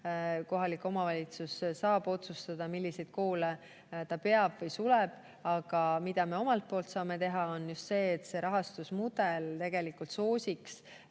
Kohalik omavalitsus saab otsustada, milliseid koole ta peab või suleb. Aga mida me omalt poolt saame teha, on just see, et see rahastusmudel soosiks